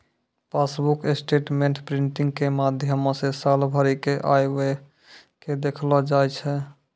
passbook statement printing के माध्यमो से साल भरि के आय व्यय के देखलो जाय छै